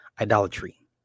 Idolatry